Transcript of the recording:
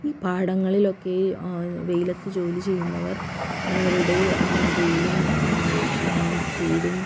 ഈ പാടങ്ങളിലൊക്കെ വെയിലത്ത് ജോലി ചെയ്യുന്നവർ അവരവരുടെ വെയിലും ചൂടും